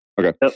Okay